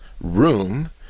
room